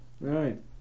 Right